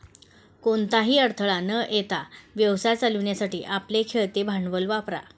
कोणताही अडथळा न येता व्यवसाय चालवण्यासाठी आपले खेळते भांडवल वापरा